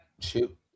shoot